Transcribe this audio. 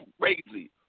crazy